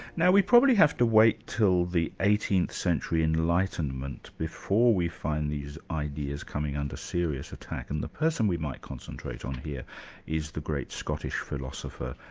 now we probably have to wait till the eighteenth century enlightenment before we find these ideas coming under serious attack and the person we might concentrate on here is the great scottish philosopher,